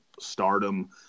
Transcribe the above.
stardom